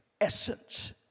essence